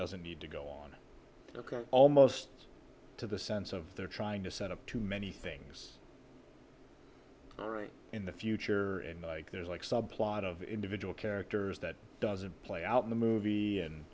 doesn't need to go on record almost to the sense of they're trying to set up too many things all right in the future and there's like subplot of individual characters that doesn't play out in the movie and